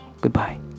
Goodbye